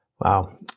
Wow